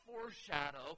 foreshadow